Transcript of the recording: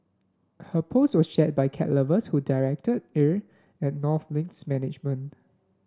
her post was shared by cat lovers who directed ire at North Link's management